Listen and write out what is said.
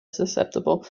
susceptible